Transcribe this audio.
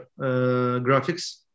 graphics